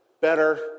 Better